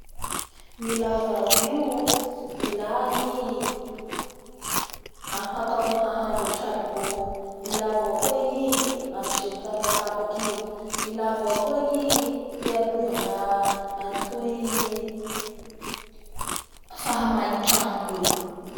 Ny ilaiva azy io, ilay i amin'ny hakamoa hahandro amin'ny charbon. Ilà avao koa i amin'ny jiro tapatapaky io. Hiarovanga amin'itoy fahamay ny tragno toy.